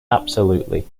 absolutely